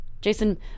Jason